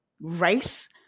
race